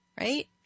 right